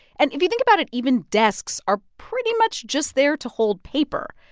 and, if you think about it, even desks are pretty much just there to hold paper.